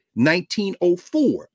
1904